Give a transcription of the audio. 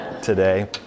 today